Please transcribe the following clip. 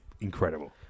incredible